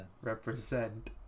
represent